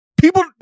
People